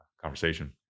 conversation